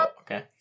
Okay